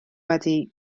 wedi